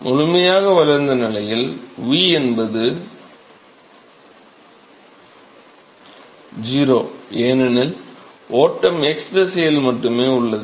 முழுமையாக வளர்ந்த நிலை v என்பது 0 ஏனெனில் ஓட்டம் x திசையில் மட்டுமே உள்ளது